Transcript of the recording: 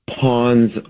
pawns